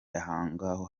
ahongaho